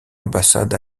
ambassade